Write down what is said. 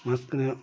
মাঝখানে